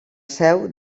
seu